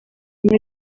muri